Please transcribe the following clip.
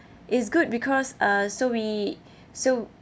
it's good because uh so we so